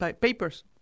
papers